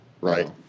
Right